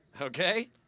Okay